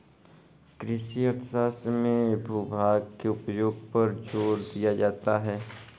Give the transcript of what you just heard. कृषि अर्थशास्त्र में भूभाग के उपयोग पर जोर दिया जाता है